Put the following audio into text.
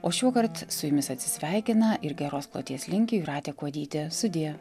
o šiuokart su jumis atsisveikina ir geros kloties linki jūratė kuodytė sudie